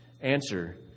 answer